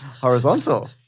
Horizontal